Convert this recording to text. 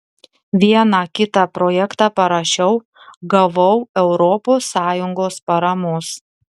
vieną kitą projektą parašiau gavau europos sąjungos paramos